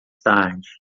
tarde